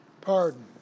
pardon